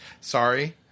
Sorry